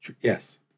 Yes